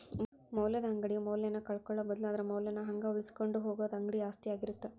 ಮೌಲ್ಯದ ಅಂಗಡಿಯು ಮೌಲ್ಯನ ಕಳ್ಕೊಳ್ಳೋ ಬದ್ಲು ಅದರ ಮೌಲ್ಯನ ಹಂಗ ಉಳಿಸಿಕೊಂಡ ಹೋಗುದ ಅಂಗಡಿ ಆಸ್ತಿ ಆಗಿರತ್ತ